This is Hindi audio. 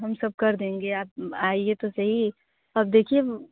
हम सब कर देंगे आप आइए तो सही अब देखिए